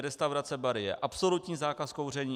Restaurace a bary: absolutní zákaz kouření.